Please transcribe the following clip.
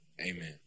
Amen